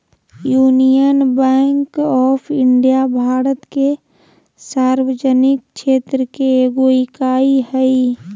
union bank of India Bharat के सार्वजनिक क्षेत्र के एगो इकाई हइ